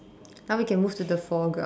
now we can move to the foreground